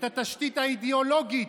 את התשתית האידיאולוגית,